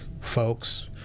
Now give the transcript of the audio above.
folks